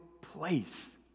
place